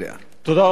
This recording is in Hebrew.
תודה רבה לך.